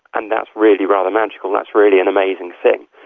and that's really rather magical, that's really an amazing thing,